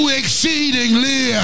exceedingly